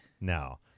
No